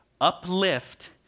uplift